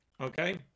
Okay